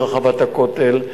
מרחבת הכותל,